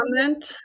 comment